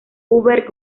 hubert